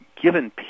given